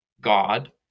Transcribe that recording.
God